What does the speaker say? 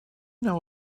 know